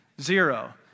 Zero